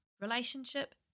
Relationship